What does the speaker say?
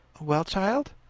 well, child?